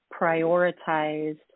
prioritized